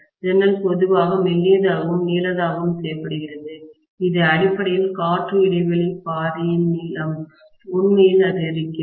ஜன்னல் பொதுவாக மெல்லியதாகவும் நீளமாகவும் செய்யப்படுகிறது இது அடிப்படையில் காற்று இடைவெளி பாதையின் நீளம் உண்மையில் அதிகரிக்கிறது